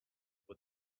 their